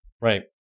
Right